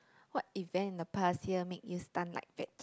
what event in the past year make you stun like veg~